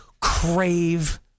crave